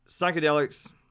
psychedelics